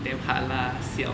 damn hard lah siao